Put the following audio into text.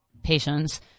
Patients